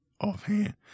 offhand